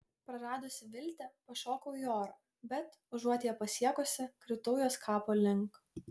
praradusi viltį pašokau į orą bet užuot ją pasiekusi kritau jos kapo link